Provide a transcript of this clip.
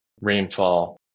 rainfall